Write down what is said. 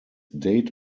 date